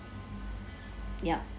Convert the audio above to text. yup